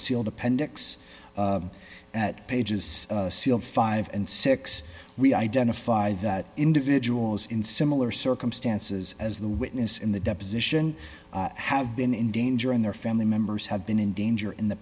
sealed appendix that page is sealed five and six we identify that individuals in similar circumstances as the witness in the deposition have been in danger and their family members have been in danger in the